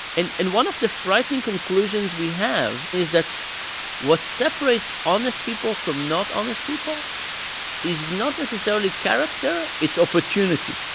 and and one of the frightening conclusions we have is that what separates honest people from not honest people is not necessarily character. it's opportunity,